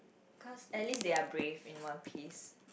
cause at least they are brave in One-Piece